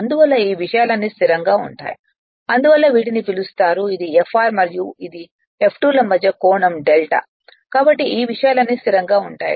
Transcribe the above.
అందువల్ల ఈ విషయాలన్నీ స్థిరంగా ఉంటాయి అందువల్ల వీటిని పిలుస్తారు ఇది Fr మరియు F2 ల మధ్య కోణం డెల్టా 'కాబట్టి ఈ విషయాలన్నీ స్థిరంగా ఉంటాయి